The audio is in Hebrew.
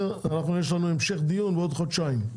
יש לנו המשך דיון בעוד חודשיים.